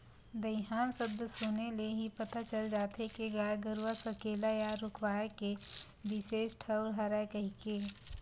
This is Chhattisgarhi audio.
दईहान सब्द सुने ले ही पता चल जाथे के गाय गरूवा सकेला या रूकवाए के बिसेस ठउर हरय कहिके